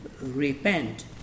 repent